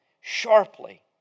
sharply